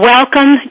Welcome